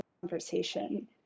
conversation